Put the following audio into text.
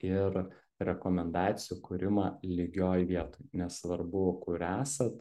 ir rekomendacijų kūrimą lygioj vietoj nesvarbu kur esat